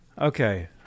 Okay